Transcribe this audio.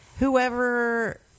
Whoever